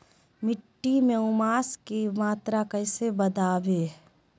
मिट्टी में ऊमस की मात्रा कैसे बदाबे?